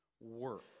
work